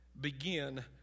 begin